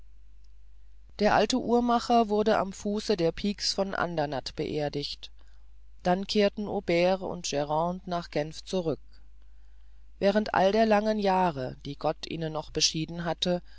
der alte uhrmacher wurde am fuße der pics von andernatt beerdigt dann kehrten aubert und grande nach genf zurück während all der langen jahre die gott ihnen noch beschieden hatte